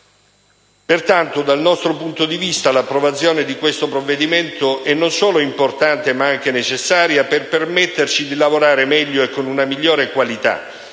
Pertanto, dal nostro punto di vista, l'approvazione di questo provvedimento è non solo importante, ma anche necessaria, per permetterci di lavorare con una migliore qualità;